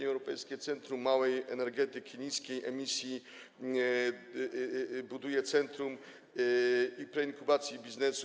Europejskie centrum małej energetyki, niskiej emisji buduje centrum preinkubacji biznesu.